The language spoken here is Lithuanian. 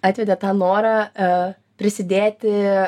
atvedė tą norą prisidėti